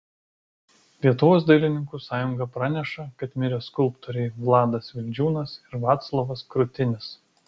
lietuvos dailininkų sąjunga praneša kad mirė skulptoriai vladas vildžiūnas ir vaclovas krutinis